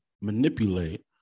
manipulate